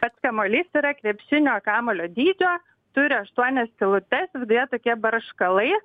pats kamuolys yra krepšinio kamuolio dydžio turi aštuonias skylutes viduje tokie barškalai